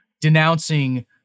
denouncing